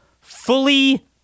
fully